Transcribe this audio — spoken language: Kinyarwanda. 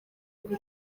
iri